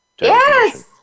Yes